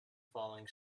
falling